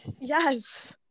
Yes